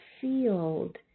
field